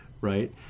right